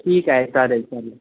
ठीक आहे चालेल चालेल